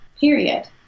Period